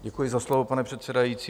Děkuji za slovo, pane předsedající.